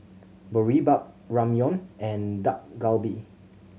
Boribap Ramyeon and Dak Galbi